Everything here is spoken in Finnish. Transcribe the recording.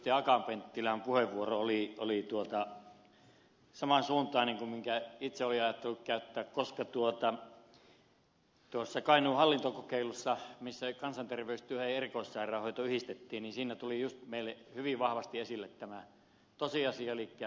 akaan penttilän puheenvuoro oli saman suuntainen kuin minkä itse olin ajatellut käyttää koska tuossa kainuun hallintokokeilussa jossa kansanterveystyö ja erikoissairaanhoito yhdistettiin tuli meille hyvin vahvasti esille tämä tosiasia elikkä näitten tietojärjestelmien yhteensopimattomuus